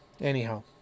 anyhow